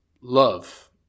love